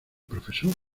prof